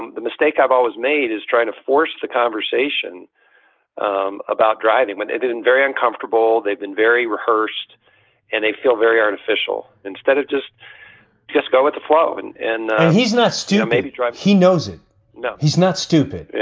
and the mistake i've always made is trying to force the conversation um about driving when it isn't very uncomfortable. they've been very rehearsed and they feel very artificial instead of just just go with the flow and and he's not a student. maybe drive. he knows it. he's not stupid.